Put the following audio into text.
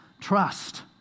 trust